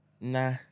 Nah